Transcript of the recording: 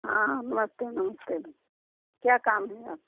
हाँ नमस्ते नमस्ते क्या काम है आप